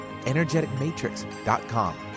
energeticmatrix.com